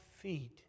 feet